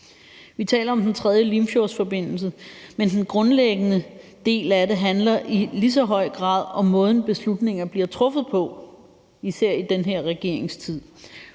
Vi taler om Den 3. Limfjordsforbindelse, men den grundlæggende del af det handler i lige så høj grad om måden, beslutninger bliver truffet på, især i den her regerings tid.